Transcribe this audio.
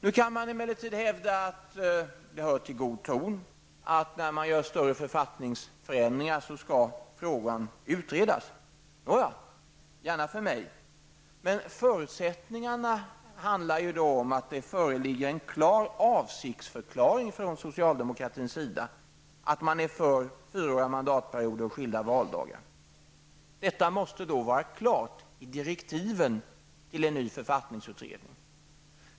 Nu kan det emellertid hävdas att det hör till god ton när man gör större författningsförändringar att frågan skall utredas. Nåja, gärna för mig. Men förutsättningen är då att det föreligger en klar avsiktsförklaring från socialdemokratins sida att man är för fyraåriga mandatperioder och skilda valdagar. Detta måste vara klart i direktiven till en ny författningsutredning.